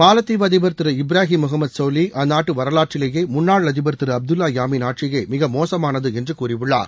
மாலத் தீவு அதிபர் திரு இப்ராஹிம் முகமது கோலி அந்நாட்டு வரலாற்றிலேயே முன்னாள் அதிபர் திரு அப்துல்லா யாமின் ஆட்சியே மிக மோசமானது என்று கூறியுள்ளார்